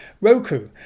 Roku